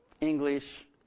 English